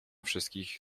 wszystkich